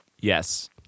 yes